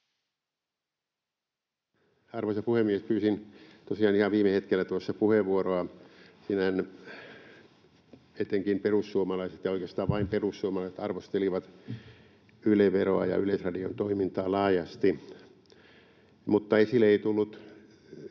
Arvoisa puhemies! Pyysin tosiaan ihan viime hetkellä tuossa puheenvuoroa. Siinähän etenkin perussuomalaiset — ja oikeastaan vain perussuomalaiset — arvostelivat Yle-veroa ja Yleisradion toimintaa laajasti, mutta esille ei tullut